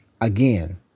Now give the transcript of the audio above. again